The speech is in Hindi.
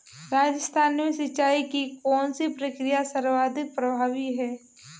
राजस्थान में सिंचाई की कौनसी प्रक्रिया सर्वाधिक प्रभावी है?